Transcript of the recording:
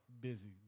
busy